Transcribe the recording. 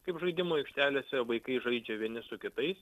kaip žaidimo aikštelėse vaikai žaidžia vieni su kitais